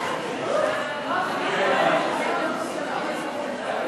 להעביר את הצעת חוק שירות ביטחון